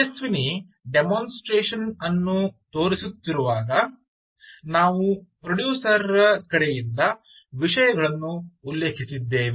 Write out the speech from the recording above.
Tejaswini demonstration ಅನ್ನು ತೋರಿಸುತ್ತಿರುವಾಗ ನಾವು ಪ್ರೊಡ್ಯೂಸರ್ ರ ಕಡೆಯಿಂದ ವಿಷಯಗಳನ್ನು ಉಲ್ಲೇಖಿಸಿದ್ದೇವೆ